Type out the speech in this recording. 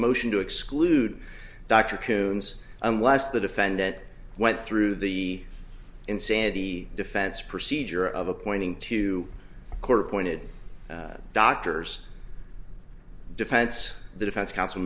motion to exclude dr coombs unless the defendant went through the insanity defense procedure of appointing to court appointed doctors defense the defense counsel